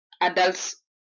adults